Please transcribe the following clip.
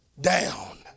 down